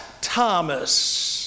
Thomas